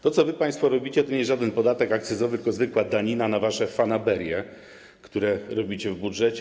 To, co wy państwo robicie, to nie jest żaden podatek akcyzowy, tylko zwykła danina na wasze fanaberie, które robicie w budżecie.